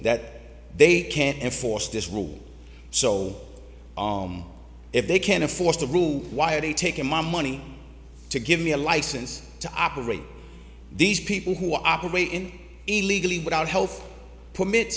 that they can't enforce this rule so if they can't afford the room why are they taking my money to give me a license to operate these people who operate in illegally without health permit